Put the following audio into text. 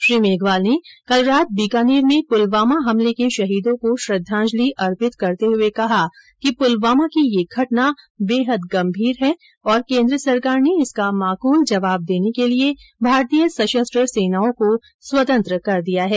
श्री मेघवाल ने कल रात बीकानेर में पुलवामा हमले के शहीदों को श्रद्वांजलि अर्पित करते हुए कहा कि पुलवामा की यह घटना बेहद गम्भीर है और केन्द्र सरकार ने इसका माकूल जवाब देने के लिए भारतीय सशस्त्र सेनाओं को स्वतंत्र कर दिया है